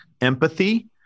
empathy